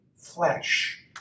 flesh